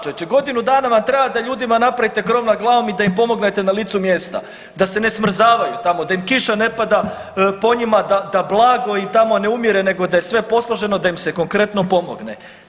Čovječe, godinu dana vam treba da ljudima napravite krov nad glavom i da im pomognete na licu mjesta da se ne smrzavaju tamo, da im kiša ne pada po njima, da blago im tamo ne umire, nego da je sve posloženo, da im se konkretno pomogne.